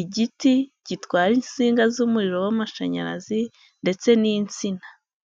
igiti gitwara insinga z'umuriro w'amashanyarazi ndetse n'insina.